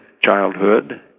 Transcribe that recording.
childhood